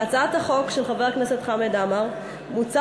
בהצעת החוק של חבר הכנסת חמד עמאר מוצע